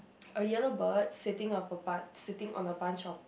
a yellow bird sitting on a bun~ sitting on a bunch of